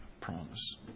promise